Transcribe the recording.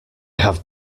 have